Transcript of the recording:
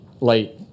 late